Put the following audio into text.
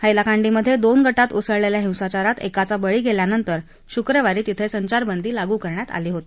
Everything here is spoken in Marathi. हस्तीकांडीमध्ये दोन गटांत उसळलेल्या हिंसाचारात एकाचा बळी गेल्यानंतर शुक्रवारी तिथे संचारबंदी लागू करण्यात आली होती